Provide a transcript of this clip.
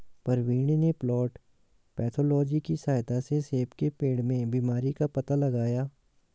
प्रवीण ने plant pathology की सहायता से सेब के पेड़ में बीमारी का पता लगाया